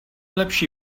lepší